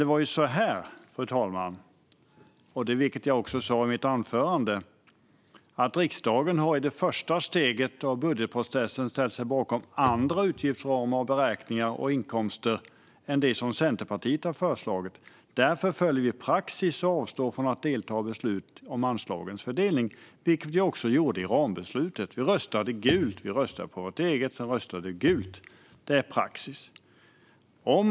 Det var på det här sättet, vilket jag också sa i mitt anförande, att riksdagen i det första steget av budgetprocessen ställde sig bakom andra utgiftsramar och beräkningar av inkomster än Centerpartiet hade föreslagit. Därför följer vi praxis och avstår från att delta i beslut om anslagens fördelning, vilket vi också gjorde i rambeslutet. Vi röstade gult. Vi röstade på vårt eget förslag. Sedan röstade vi gult. Det är praxis. Fru talman!